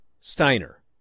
steiner